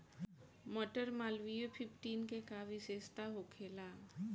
मटर मालवीय फिफ्टीन के का विशेषता होखेला?